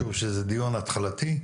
שוב שזה דיון התחלתי,